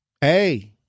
Hey